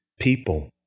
people